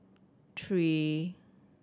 three